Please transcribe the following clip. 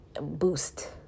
boost